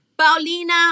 Paulina